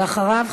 מצטערת,